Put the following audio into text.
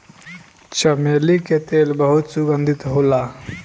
चमेली के तेल बहुत सुगंधित होला